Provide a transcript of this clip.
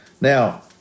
Now